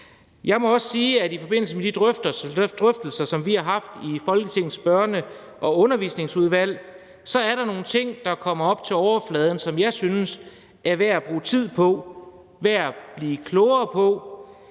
Jeg må også sige, at i forbindelse med de drøftelser, som vi har haft i Folketingets Børne- og Undervisningsudvalg, er der nogle ting, der kommer op til overfladen, som jeg synes er værd at bruge tid på, værd at blive klogere på,